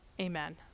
Amen